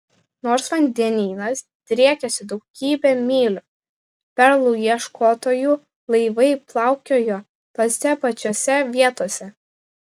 nors vandenynas driekėsi daugybę mylių perlų ieškotojų laivai plaukiojo tose pačiose vietose